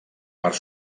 part